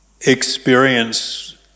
experience